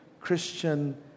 Christian